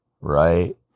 right